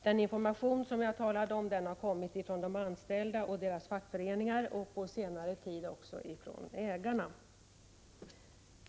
Den information jag talade om har kommit från de anställda och deras fackföreningar och på senare tid också från ägarna.